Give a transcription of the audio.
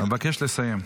אבקש לסיים.